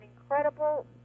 incredible